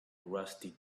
rusty